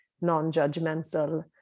non-judgmental